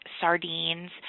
sardines